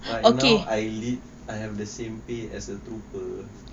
right now I lead I have the same pay as a trooper